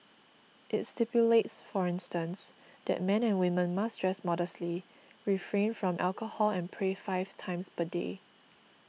it stipulates for instance that men and women must dress modestly refrain from alcohol and pray five times per day